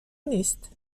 نیست